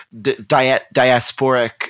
diasporic